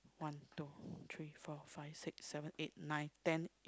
one two three four five six seven eight nine ten